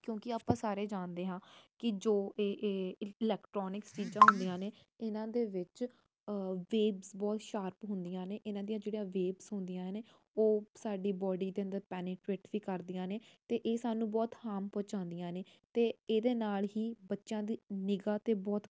ਕਿਉਂਕਿ ਆਪਾਂ ਸਾਰੇ ਜਾਣਦੇ ਹਾਂ ਕਿ ਜੋ ਏ ਇਹ ਇਲੈਕਟਰੋਨਿਕਸ ਚੀਜ਼ਾਂ ਹੁੰਦੀਆਂ ਨੇ ਇਹਨਾਂ ਦੇ ਵਿੱਚ ਵੇਬਸ ਬਹੁਤ ਸ਼ਾਰਪ ਹੁੰਦੀਆਂ ਨੇ ਇਹਨਾਂ ਦੀਆਂ ਜਿਹੜੀਆਂ ਵੇਬਸ ਹੁੰਦੀਆਂ ਨੇ ਉਹ ਸਾਡੇ ਬੋਡੀ ਦੇ ਅੰਦਰ ਪੈਨਫਿਟ ਵੀ ਕਰਦੀਆਂ ਨੇ ਅਤੇ ਇਹ ਸਾਨੂੰ ਬਹੁਤ ਹਾਮ ਪਹੁੰਚਾਉਂਦੀਆਂ ਨੇ ਅਤੇ ਇਹਦੇ ਨਾਲ ਹੀ ਬੱਚਿਆਂ ਦੀ ਨਿਗ੍ਹਾ 'ਤੇ ਬਹੁਤ